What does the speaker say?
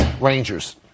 Rangers